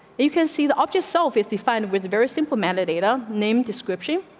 you can see the up yourself is defined with very simple man, a data name description,